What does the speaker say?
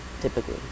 typically